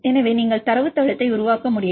எனவே நீங்கள் ஒரு தரவுத்தளத்தை உருவாக்க முடியும்